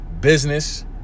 business